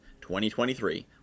2023